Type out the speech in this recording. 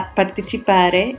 partecipare